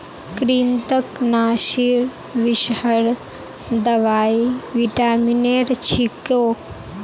कृन्तकनाशीर विषहर दवाई विटामिनेर छिको